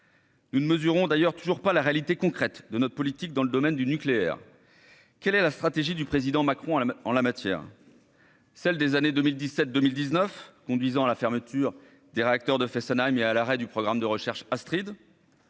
Nous ne mesurons d'ailleurs toujours pas la réalité concrète de notre politique dans le domaine du nucléaire, quelle est la stratégie du président Macron à la en la matière. Celle des années 2017, 2019 conduisant à la fermeture des réacteurs de Fessenheim est à l'arrêt du programme de recherche Astride